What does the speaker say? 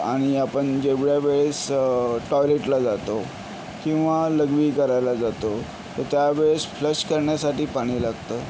आणि आपण जेवढ्यावेळेस टॉयलेटला जातो किंवा लघवी करायला जातो तर त्यावेळेस फ्लश करण्यासाठी पाणी लागतं